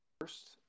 first